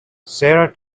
sarah